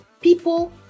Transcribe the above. people